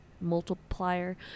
multiplier